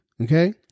Okay